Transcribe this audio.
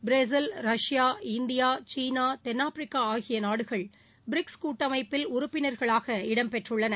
Brazil Russia India சீனா தென்னாப்பிரிக்க ஆகிய நாடுகள் பிரிக்ஸ் கூட்டமைப்பில் உறுப்பினர்களாக இடம்பெற்றுள்ளன